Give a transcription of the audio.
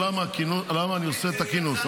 אני מסביר למה אני עושה את הכינוס.